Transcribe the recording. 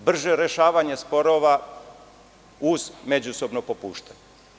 Zatim, brže rešavanje sporova uz međusobno popuštanje.